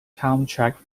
contract